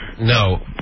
No